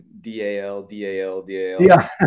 d-a-l-d-a-l-d-a-l